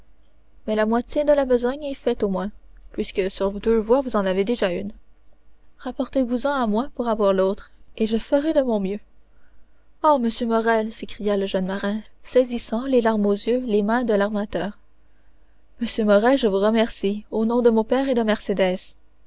mais la moitié de la besogne est faite au moins puisque sur deux voix vous en avez déjà une rapportez-vous-en à moi pour avoir l'autre et je ferai de mon mieux oh monsieur morrel s'écria le jeune marin saisissant les larmes aux yeux les mains de l'armateur monsieur morrel je vous remercie au nom de mon père et de mercédès